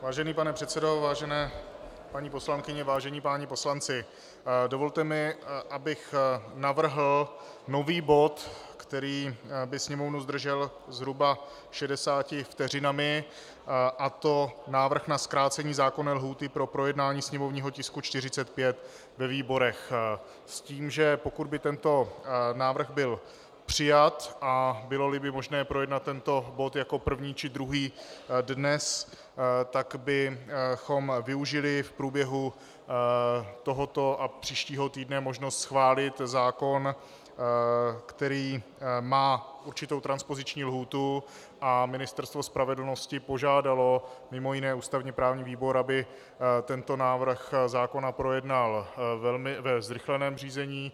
Vážený pane předsedo, vážené paní poslankyně, vážení páni poslanci, dovolte mi, abych navrhl nový bod, který by Sněmovnu zdržel zhruba 60 vteřinami, a to návrh na zkrácení zákonné lhůty pro projednání sněmovního tisku 45 ve výborech, s tím, že pokud by tento návrh byl přijat a byloli by možné projednat tento bod jako první či druhý dnes, tak bychom využili v průběhu tohoto a příštího týdne možnost schválit zákon, který má určitou transpoziční lhůtu, a Ministerstvo spravedlnosti požádalo mimo jiné ústavněprávní výbor, aby tento návrh zákona projednal ve zrychleném řízení.